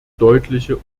deutliche